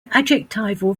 adjectival